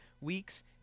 weeks